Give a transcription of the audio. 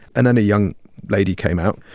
and then a young lady came out,